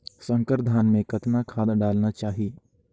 संकर धान मे कतना खाद डालना चाही?